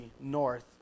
north